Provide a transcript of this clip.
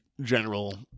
general